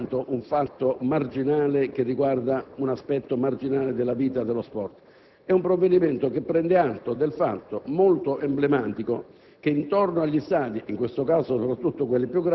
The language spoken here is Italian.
Ecco perché questo decreto‑legge non è soltanto un fatto marginale che riguarda un aspetto marginale della vita dello sport, ma è un provvedimento che prende atto del fatto molto emblematico